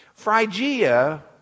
Phrygia